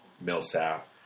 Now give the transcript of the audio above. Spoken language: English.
Millsap